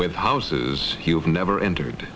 with houses never entered